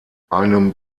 einem